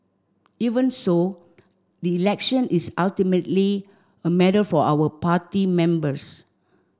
even so election is ultimately a matter for our party members